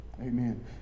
amen